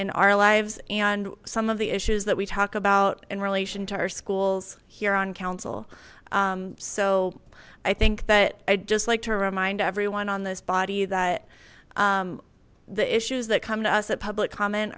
in our lives and some of the issues that we talk about in relation to our schools here on council so i think that i just like to remind everyone on this body that the issues that come to us at public comment